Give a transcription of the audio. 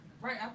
Right